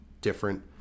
different